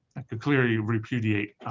could clearly repudiate